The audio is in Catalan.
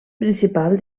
principal